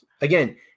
Again